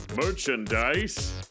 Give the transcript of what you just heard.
Merchandise